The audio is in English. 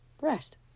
rest